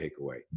takeaway